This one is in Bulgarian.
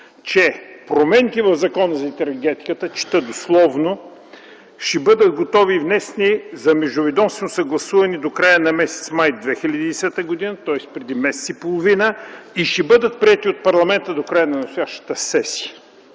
че промените в Закона за енергетиката, чета дословно: „ще бъдат готови и внесени за междуведомствено съгласуване до края на м. май 2010 г. (тоест преди месец и половина) и ще бъдат приети от парламента до края на настоящата сесия.”